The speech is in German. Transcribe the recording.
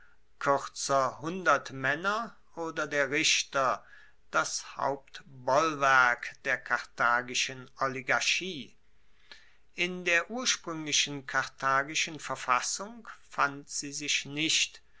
kuerzer hundertmaenner oder der richter das hauptbollwerk der karthagischen oligarchie in der urspruenglichen karthagischen verfassung fand sie sich nicht